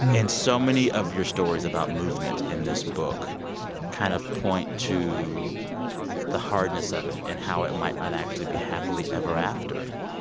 and so many of your stories about movement in this book kind of point to the hardness of it and how it might not actually be happily ever after.